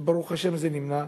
וברוך השם זה נמנע.